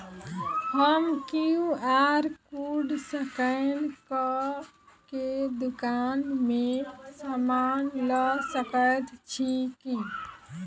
हम QR code scan कऽ केँ दुकान मे समान लऽ सकैत छी की?